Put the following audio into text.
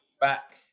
back